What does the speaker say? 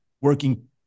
working